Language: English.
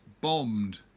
bombed